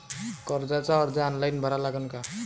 कर्जाचा अर्ज ऑनलाईन भरा लागन का?